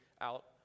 out